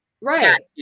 Right